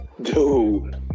dude